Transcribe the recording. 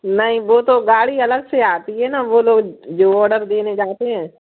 नहीं वह तो गाड़ी अलग से आती है ना वह लोग जो ऑर्डर देने जाते हैं